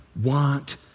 want